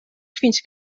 fins